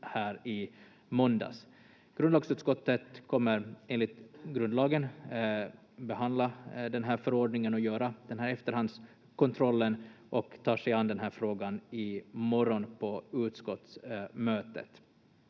måndags. Grundlagsutskottet kommer enligt grundlagen behandla förordningen och göra den här efterhandskontrollen och tar sig an den här frågan i morgon på utskottsmötet.